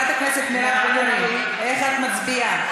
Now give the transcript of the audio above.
חברת הכנסת מירב בן ארי, איך את מצביעה?